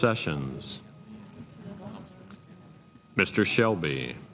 sessions mr shelby